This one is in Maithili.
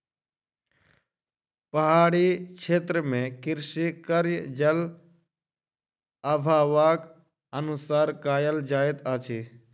पहाड़ी क्षेत्र मे कृषि कार्य, जल अभावक अनुसार कयल जाइत अछि